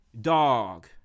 dog